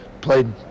played